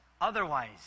otherwise